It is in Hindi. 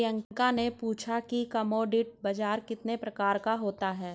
प्रियंका ने पूछा कि कमोडिटी बाजार कितने प्रकार का होता है?